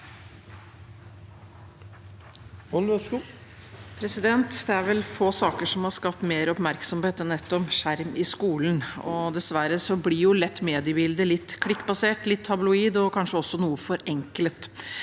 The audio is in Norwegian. Det er vel få saker som har skapt mer oppmerksomhet enn nettopp skjerm i skolen, og dessverre blir mediebildet lett litt klikkbasert, litt tabloid og kanskje også noe forenklet.